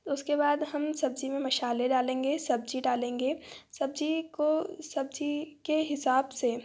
उसके बाद हम सब्जी में मसाले डालेंगे सब्जी डालेंगे सब्जी को सब्जी के हिसाब से